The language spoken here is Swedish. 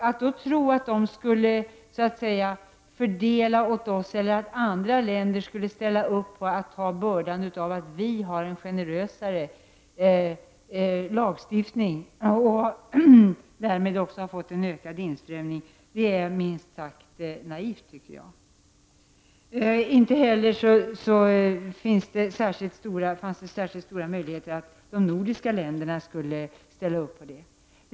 Att då tro att de skulle så att säga fördela åt oss eller att andra länder skulle ställa upp på att ta bördan av att vi har en generösare lagstiftning — och därmed också har fått en ökad inströmning — är minst sagt naivt, tycker jag. Inte heller fanns det särskilt stora möjligheter att de nordiska länderna skulle ställa upp.